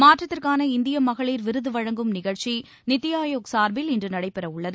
மாற்றத்திற்கான இந்திய மகளிர் விருது வழங்கும் நிகழ்ச்சி நித்தி ஆயோக் சார்பில் இன்று நடைபெற உள்ளது